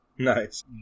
nice